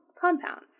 compound